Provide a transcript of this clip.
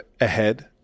ahead